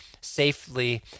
safely